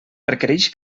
requereix